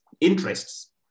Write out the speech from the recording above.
interests